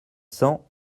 cents